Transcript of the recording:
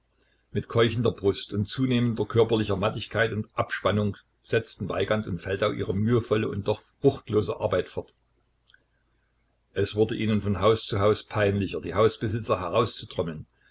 mit keuchender brust und zunehmender körperlicher mattigkeit und abspannung setzten weigand und feldau ihre mühevolle und doch fruchtlose arbeit fort es wurde ihnen von haus zu haus peinlicher die hausbesitzer herauszutrommeln